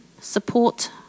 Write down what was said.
support